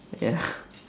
ya